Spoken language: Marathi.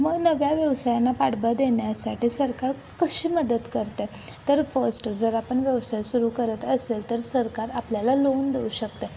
मग नव्या व्यवसायाना पाठबळ देण्यासाठी सरकार कशी मदत करते तर फस्ट जर आपण व्यवसाय सुरू करत असेल तर सरकार आपल्याला लोन देऊ शकते